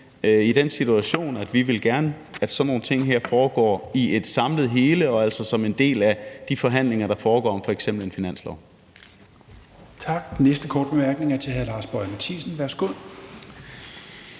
i den situation, at vi gerne vil, at sådan nogle ting her foregår i et samlet hele og altså som en del af de forhandlinger, der foregår om f.eks. en finanslov.